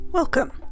Welcome